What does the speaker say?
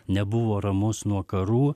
nebuvo ramus nuo karų